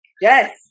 Yes